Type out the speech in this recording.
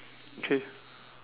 K